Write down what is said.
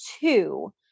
two